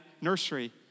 nursery